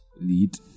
lead